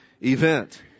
event